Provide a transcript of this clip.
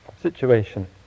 situation